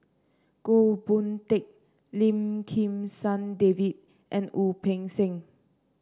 Goh Boon Teck Lim Kim San David and Wu Peng Seng